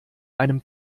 einem